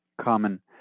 Common